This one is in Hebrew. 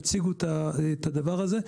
תציגו את הדבר הזה.